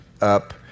up